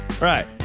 Right